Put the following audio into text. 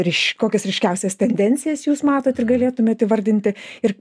ryš kokias ryškiausias tendencijas jūs matot ir galėtumėt įvardinti ir